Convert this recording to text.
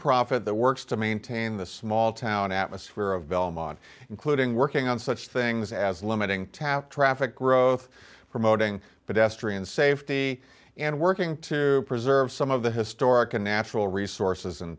profit that works to maintain the small town atmosphere of belmont including working on such things as limiting traffic growth promoting pedestrian safety and working to preserve some of the historic a natural resources